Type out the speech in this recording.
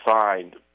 signed